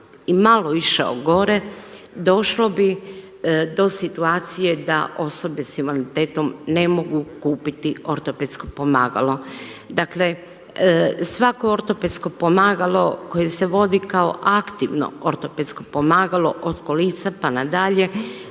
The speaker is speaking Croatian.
i malo išao gore došlo bi do situacije da osobe sa invaliditetom ne mogu kupiti ortopedsko pomagalo. Dakle, svako ortopedsko pomagalo koje se vodi kao aktivno ortopedsko pomagalo od kolica pa na dalje